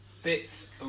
Bits